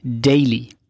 Daily